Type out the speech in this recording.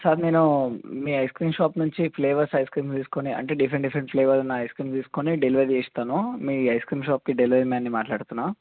sir నేను మీఐస్ cream shop నుంచి ఫ్లేవర్స్ ఐస్ క్రీమ్ తీసుకొని అంటే డిఫరెంట్ డిఫరెంట్ ఫ్లేవర్ ఉన్న ఐస్ క్రీమ్ తీసుకొని డెలివరీ చేస్తాను మీ ఐస్ క్రీమ్ షాప్కి డెలివరీ మాన్ని మాట్లాడుతున్నాను